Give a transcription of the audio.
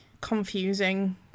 confusing